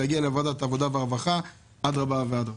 יגיע לוועדת העבודה והרווחה אדרבה ואדרבה.